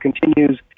continues